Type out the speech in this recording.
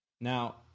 now